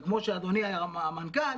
וכמו שאדוני המנכ"ל,